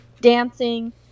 dancing